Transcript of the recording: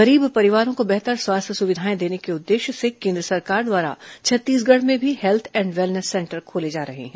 गरीब परिवारों को बेहतर स्वास्थ्य सुविधाए देने के उद्देश्य से केन्द्र सरकार द्वारा छत्तीसगढ़ में भी हेल्थ एंड वेलनेस सेंटर खोले जा रहे हैं